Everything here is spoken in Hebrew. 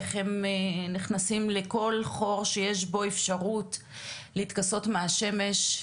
איך הם נכנסים לכל חור שיש בו אפשרות להתכסות מהשמש,